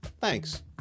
Thanks